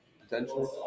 potentially